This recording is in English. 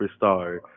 superstar